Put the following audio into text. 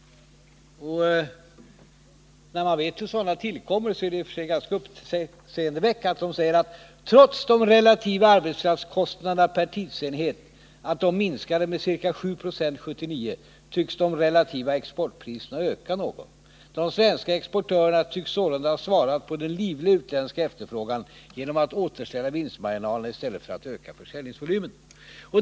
När man vet hur sådana här rapporter kommer till är det i och för sig ganska uppseendeväckande när det sägs att trots att de relativa arbetskraftskostnaderna per tidsenhet minskat med ca 7 20 1979 så tycks de relativa exportpriserna ha ökat något. De svenska exportörerna tycks sålunda ha svarat på den livliga utländska efterfrågan genom att återställa vinstmarginalerna i stället för att öka försäljningsvolymen.